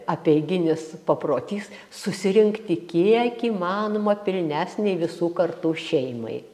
apeiginis paprotys susirinkti kiek įmanoma pilnesnei visų kartų šeimai